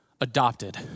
adopted